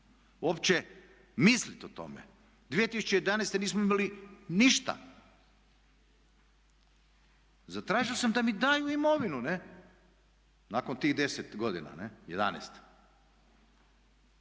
uopće mislit o tome. 2011. nismo imali ništa. Zatražio sam da mi daju imovinu, ne, nakon tih 10 godina, 11.